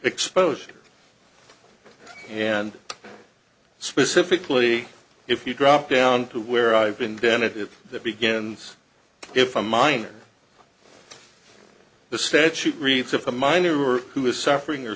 exposing and specifically if you drop down to where i've been dennett if that begins if a minor the statute reads if a minor or who is suffering